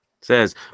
says